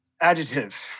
Adjective